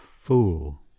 fool